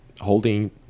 holding